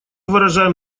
выражаем